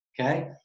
Okay